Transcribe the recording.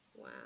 Wow